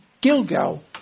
Gilgal